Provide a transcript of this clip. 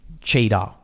cheater